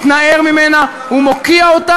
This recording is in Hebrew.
והרצח בדומא הוא נתעב,